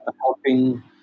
helping